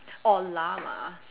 or llama